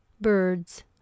birds